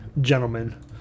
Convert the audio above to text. gentlemen